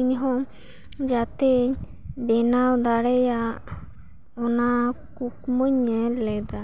ᱤᱧᱦᱚᱸ ᱡᱟᱛᱮ ᱵᱮᱱᱟᱣ ᱫᱟᱲᱮᱭᱟᱜ ᱚᱱᱟ ᱠᱩᱠᱢᱩᱧ ᱧᱮᱞ ᱞᱮᱫᱟ